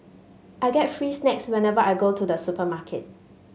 I get free snacks whenever I go to the supermarket